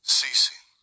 ceasing